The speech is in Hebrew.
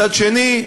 מצד שני,